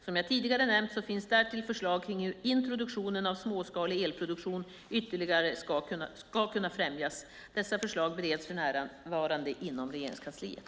Som jag tidigare nämnt finns därtill förslag kring hur introduktionen av småskalig elproduktion ytterligare ska kunna främjas. Dessa förslag bereds för närvarande inom Regeringskansliet.